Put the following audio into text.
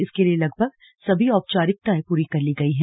इसके लिए लगभग सभी औपचारिकताएं पूरी कर ली गई हैं